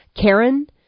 Karen